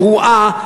גרועה,